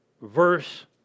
verse